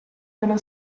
dello